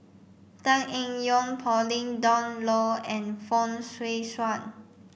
Tan Eng Yoon Pauline Dawn Loh and Fong Swee Suan